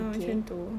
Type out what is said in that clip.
okay